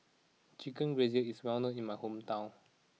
Chicken Gizzard is well known in my hometown